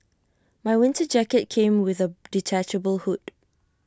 my winter jacket came with A detachable hood